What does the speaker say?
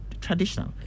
traditional